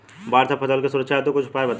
बाढ़ से फसल के सुरक्षा हेतु कुछ उपाय बताई?